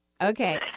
okay